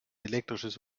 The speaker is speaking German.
elektrisches